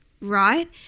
Right